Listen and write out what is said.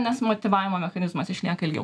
nes motyvavimo mechanizmas išliaka ilgiau